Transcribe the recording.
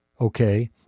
Okay